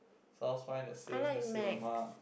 South Spine that sells Nasi-Lemak